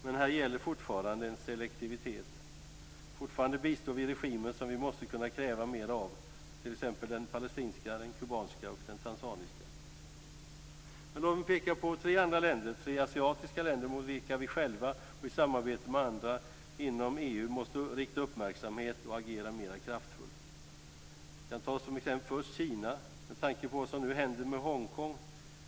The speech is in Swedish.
Men här gäller fortfarande en selektivitet. Fortfarande bistår vi regimer som vi måste kunna kräva mer av, t.ex. den palestinska, den kubanska och den tanzaniska. Låt mig peka på tre andra länder, tre asiatiska länder, mot vilka vi, själva och i samarbete med andra inom EU, måste rikta uppmärksamhet och agera mer kraftfullt. Först kan vi ta Kina, med tanke på vad som nu händer med Hongkong.